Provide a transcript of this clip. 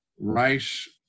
Rice